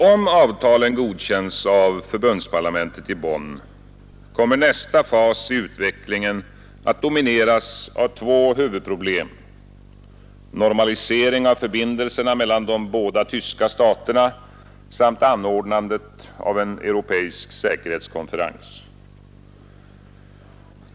Om avtalen godkänns av förbundsparlamentet i Bonn kommer nästa fas i utvecklingen att domineras av två huvudproblem, normalisering av förbindelserna mellan de båda tyska staterna samt anordnandet av en europeisk säkerhetskonferens.